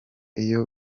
iyo